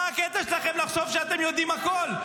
מה הקטע שלכם לחשוב שאתם יודעים הכול?